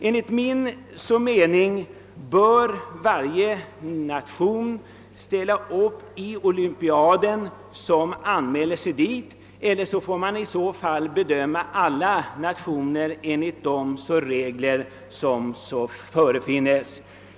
Enligt min mening bör varje nation som anmäler sig till en olympiad få ställa upp; annars måste man bedöma alla nationer enligt de regler som förefinns.